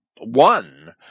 one